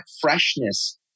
freshness